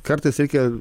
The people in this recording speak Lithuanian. kartais reikia